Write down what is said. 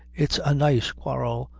its a nice quarrel,